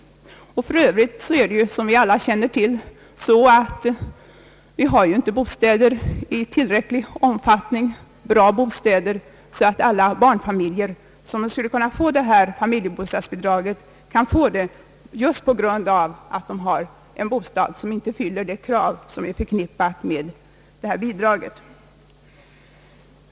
Som alla känner till har vi inte tillräckligt med bra bostäder, och alla barnfamiljer som borde kunna få familjebostadsbidrag får det inte just på grund av att de har bostäder vilka inte fyller de krav som är förknippade med detta bidrag.